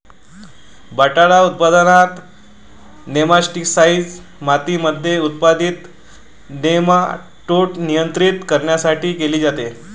बटाटा उत्पादनात, नेमाटीसाईड मातीमध्ये उत्पादित नेमाटोड नियंत्रित करण्यासाठी केले जाते